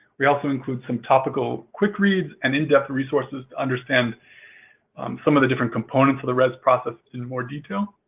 we also include some topical quick reads and in-depth resources to understand some of the different components of the rez process in more detail.